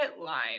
line